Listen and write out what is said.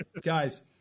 Guys